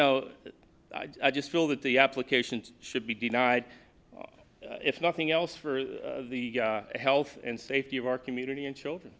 know i just feel that the applications should be denied if nothing else for the health and safety of our community and children